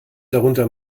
darunter